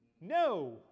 No